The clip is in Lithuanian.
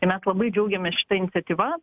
tai mes labai džiaugiamės šita iniciatyva